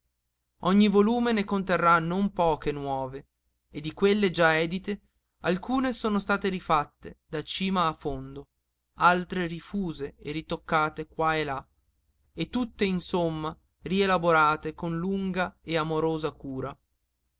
ogni volume ne conterrà non poche nuove e di quelle già edite alcune sono state rifatte da cima a fondo altre rifuse e ritoccate qua e là e tutte insomma rielaborate con lunga e amorosa cura